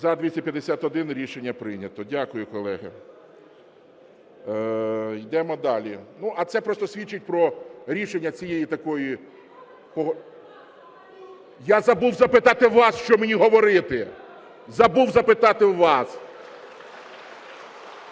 За-251 Рішення прийнято. Дякую, колеги. Йдемо далі. А це просто свідчить про рішення цієї такої... (Шум у залі) Я забув запитати вас, що мені говорити! Забув запитати у вас!